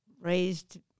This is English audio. raised